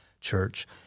Church